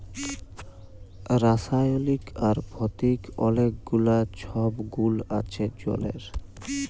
রাসায়লিক আর ভতিক অলেক গুলা ছব গুল আছে জলের